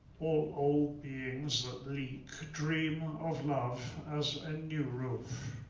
all old beings that leak dream of love as a new roof.